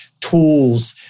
tools